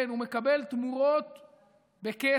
כן, הוא מקבל תמורות בכסף.